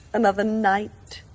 another night,